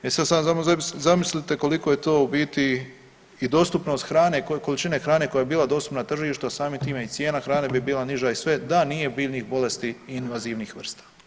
E sad zamislite koliko je to u biti i dostupnost hrane, koje količine hrane koja je bila dostupna tržištu, a samim time i cijena hrane bi bila niža i sve da nije biljnih bolesti invazivnih vrsta.